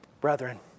brethren